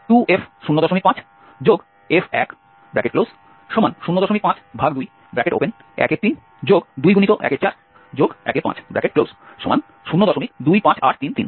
সুতরাংI1052f02f05f1052132×1415025833